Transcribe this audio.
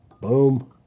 Boom